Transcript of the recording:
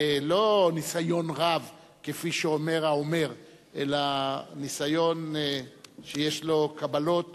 לא ניסיון רב כפי שאומר האומר אלא ניסיון שיש לו קבלות